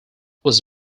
was